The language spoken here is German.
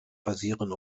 basieren